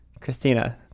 Christina